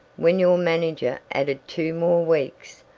when your manager added two more weeks,